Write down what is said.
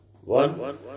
One